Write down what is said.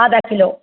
आदा किलो